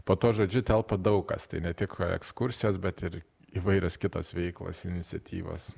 po tuo žodžiu telpa daug kas tai ne tik ekskursijos bet ir įvairios kitos veiklos iniciatyvos